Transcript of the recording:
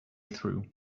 through